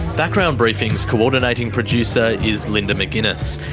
background briefing's coordinating producer is linda mcginness,